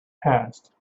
passed